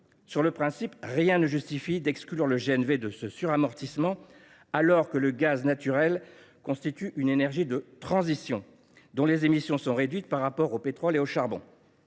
: en principe, rien ne justifie d’exclure le GNV de ce suramortissement, alors que ce carburant constitue une énergie de transition, dont les émissions sont réduites par rapport au pétrole et au charbon